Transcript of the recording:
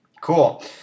Cool